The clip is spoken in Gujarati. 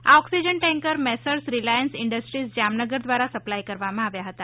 આ oxygen tanker Messrs Reliance Industries Jamnagar દ્વારા સપ્લાય કરવામાં આવ્યા હતા